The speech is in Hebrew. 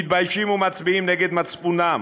מתביישים ומצביעים נגד מצפונם,